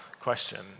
question